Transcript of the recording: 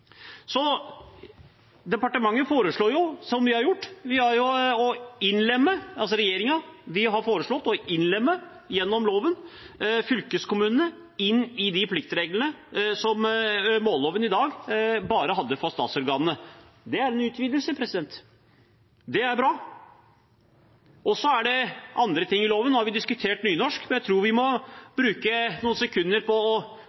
har foreslått gjennom loven å innlemme fylkeskommunene i de pliktreglene som målloven i dag bare har for statsorganene. Det er en utvidelse. Det er bra. Så er det andre ting i loven. Nå har vi diskutert nynorsk, men jeg tror vi må bruke noen sekunder på